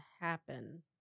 happen